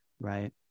Right